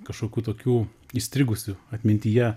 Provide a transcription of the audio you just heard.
kažkokių tokių įstrigusių atmintyje